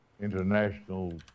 international